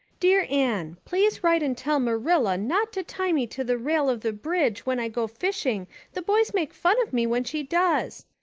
dear anne, please write and tell marilla not to tie me to the rale of the bridge when i go fishing the boys make fun of me when she does.